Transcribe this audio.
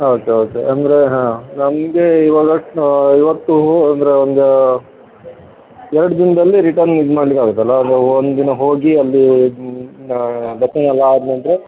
ಹೌದು ಹೌದು ಅಂದರೆ ಹಾಂ ನಮಗೆ ಇವಾಗ ಇವತ್ತು ಅಂದರೆ ಒಂದು ಎರ್ಡು ದಿನದಲ್ಲಿ ರಿಟನ್ ಇದು ಮಾಡ್ಲಿಕ್ಕೆ ಆಗುತ್ತೆಲ್ಲ ಒಂದು ದಿನ ಹೋಗಿ ಅಲ್ಲಿ ದರ್ಶನ ಎಲ್ಲ ಆದ ನಂತರ